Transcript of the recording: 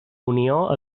unió